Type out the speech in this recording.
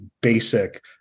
basic